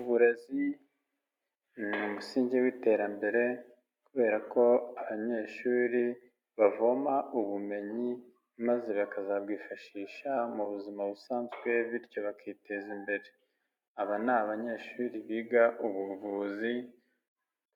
Uburezi ni umusingi w'iterambere kubera ko abanyeshuri bavoma ubumenyi, maze bakazabwifashisha mu buzima busanzwe bityo bakiteza imbere. Aba ni abanyeshuri biga ubuvuzi